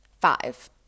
Five